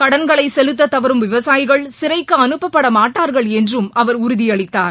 கடன்களை செலுத்த தவறும் விவசாயிகள் சிறைக்கு அனுப்பப்பட மாட்டார்கள் என்றும் அவர் உறுதியளித்தார்